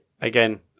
again